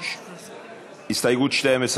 הסתייגות 12,